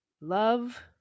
love